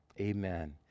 Amen